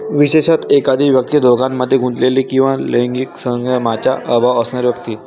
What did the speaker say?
विशेषतः, एखादी व्यक्ती दोषांमध्ये गुंतलेली किंवा लैंगिक संयमाचा अभाव असणारी व्यक्ती